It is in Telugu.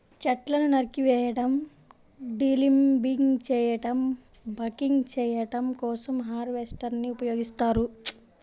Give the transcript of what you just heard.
చెట్లను నరికివేయడం, డీలింబింగ్ చేయడం, బకింగ్ చేయడం కోసం హార్వెస్టర్ ని ఉపయోగిస్తారు